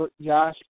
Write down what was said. Josh